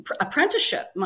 apprenticeship